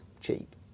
cheap